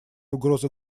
угрозы